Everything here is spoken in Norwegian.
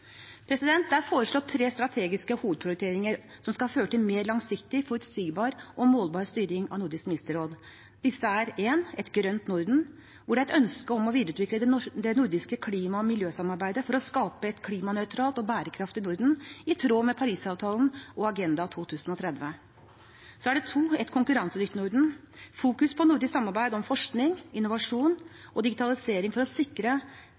Det er foreslått tre strategiske hovedprioriteringer som skal føre til mer langsiktig, forutsigbar og målbar styring av Nordisk ministerråd. Disse er: Et grønt Norden: Det er et ønske om å videreutvikle det nordiske klima- og miljøsamarbeidet for å skape et klimanøytralt og bærekraftig Norden i tråd med målene i Parisavtalen og Agenda 2030. Et konkurransedyktig Norden: Det handler om å fokusere på nordisk samarbeid om forskning, innovasjon og digitalisering for å sikre